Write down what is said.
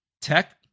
tech